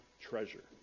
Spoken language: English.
treasure